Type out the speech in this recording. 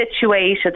situated